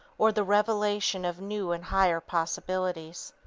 or the revelation of new and higher possibilities.